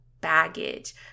baggage